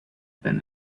been